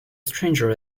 stranger